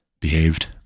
behaved